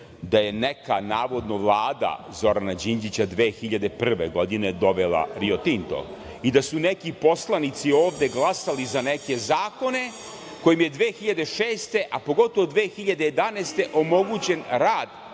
da je neka navodno Vlada Zorana Đinđića 2001. godine dovela Rio Tinto i da su neki poslanici ovde glasali za neke zakone kojim je 2006, a pogotovo 2011. godine omogućen rad